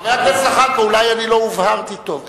חבר הכנסת זחאלקה, אולי לא הובהרתי טוב.